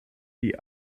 die